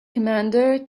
commander